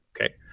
Okay